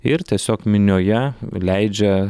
ir tiesiog minioje leidžia